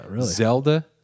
Zelda